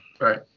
right